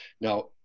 Now